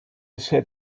set